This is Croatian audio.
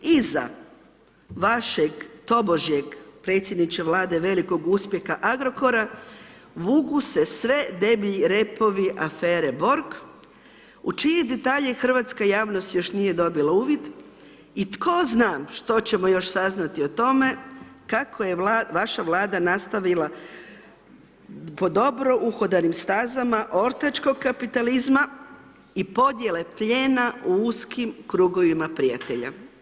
Iza vašeg tobože, predsjedniče Vlade velikog uspjeha Agrokora, vuku se sve deblji repovi afere Borg u čije detalje hrvatska javnost još nije dobila uvid i tko zna što ćemo još saznati o tome kako je vaša vlada nastavila po dobro uhodanim stazama ortačkog kapitalizma i podjele plijena u uskim krugovima prijatelja.